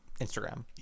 Instagram